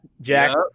Jack